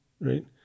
right